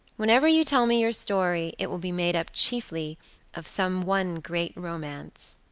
whenever you tell me your story, it will be made up chiefly of some one great romance.